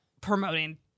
promoting